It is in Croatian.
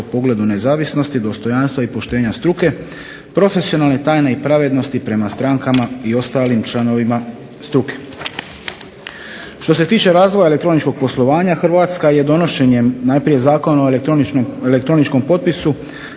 u pogledu nezavisnosti, dostojanstva i poštenja struke, profesionalne tajne i pravednosti prema strankama i ostalim članovima struke. Što se tiče razvoja elektroničkog poslovanja Hrvatska je donošenjem najprije Zakona o elektroničkom potpisu